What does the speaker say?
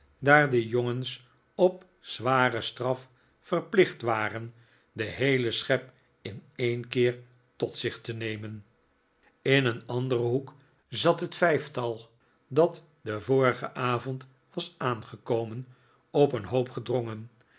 daar de jongens op zware straf verplicht waren den heelen schep in een keer tot zich te nemen in een anderen hoek zat het vijftal dat den vorigen avond was aangekomen op een hoop gedrongen